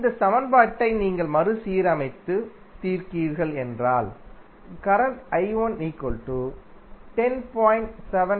இந்த சமன்பாட்டை நீங்கள் மறுசீரமைத்து தீர்க்கிறீர்கள் என்றால் கரண்ட் I110